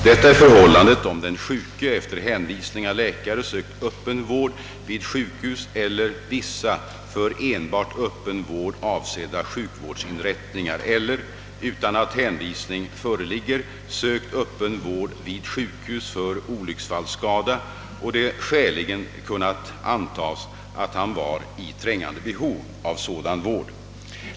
Detta är förhållandet om den sjuke efter hänvisning av läkare sökt öppen vård vid sjukhus eller vissa för enbart öppen vård avsedda sjukvårdsinrättningar eller, utan att hänvisning föreligger, sökt öppen vård vid sjukhus för olycksfallsskada och det skäligen kunnat antas, att han var i trängande behov av sådan vård.